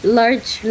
large